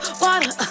water